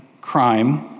crime